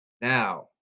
Now